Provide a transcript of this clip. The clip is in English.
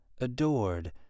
adored